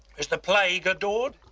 is the plague adored?